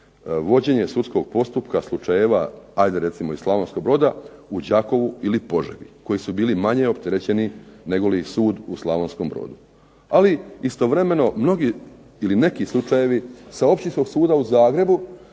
vođenje sudskog postupka slučajeva hajde recimo iz Slavonskog Broda u Đakovu ili Požegi koji su bili manje opterećeni negoli sud u Slavonskom Brodu. Ali istovremeno mnogi ili neki slučajevi sa Općinskog suda u Zagrebu